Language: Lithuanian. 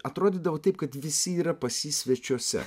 atrodydavo taip kad visi yra pas jį svečiuose